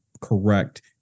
correct